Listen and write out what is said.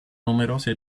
numerose